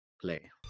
play